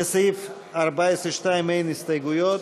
לסעיף 14(2) אין הסתייגויות.